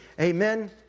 Amen